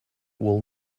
will